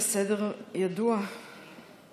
"זה לא כל כך פשוט להיות כאן ילד / לשמוע חדשות בכל חצי שעה /